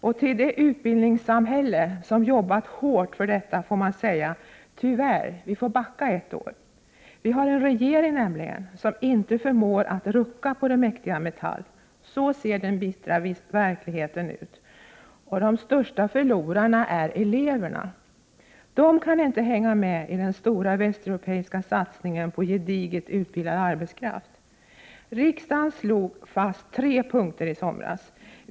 Och till det utbildningssamhälle, som jobbat hårt för detta får man säga: Tyvärr, vi får nu backa ett år. Vi har nämligen en regering som inte förmår rucka på det mäktiga Metall. Så ser den bittra verkligheten ut. Och de största förlorarna är eleverna. De kan inte hänga med i den stora västeuropeiska satsningen på gediget utbildad arbetskraft. Riksdagen slog fast tre punkter i somras.